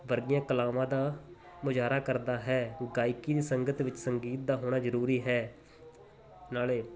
ਵਰਗੀਆਂ ਕਲਾਵਾਂ ਦਾ ਮੁਜ਼ਾਰਾ ਕਰਦਾ ਹੈ ਗਾਇਕੀ ਦੀ ਸੰਗਤ ਵਿੱਚ ਸੰਗੀਤ ਦਾ ਹੋਣਾ ਜ਼ਰੂਰੀ ਹੈ ਨਾਲ